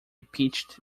pitched